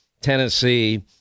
Tennessee